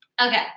Okay